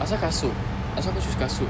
asal kasut asal kau choose kasut